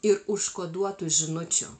ir užkoduotų žinučių